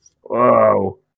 Whoa